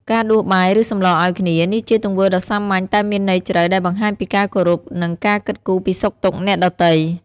ការដួសបាយ ឬសម្លរឲ្យគ្នា នេះជាទង្វើដ៏សាមញ្ញតែមានន័យជ្រៅ ដែលបង្ហាញពីការគោរព និងការគិតគូរពីសុខទុក្ខអ្នកដទៃ។